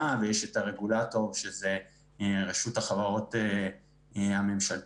ויש את הרגולטור שהוא רשות החברות הממשלתיות.